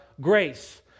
grace